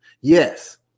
Yes